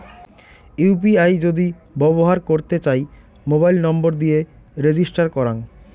UPI যদি ব্যবহর করতে চাই, মোবাইল নম্বর দিয়ে রেজিস্টার করাং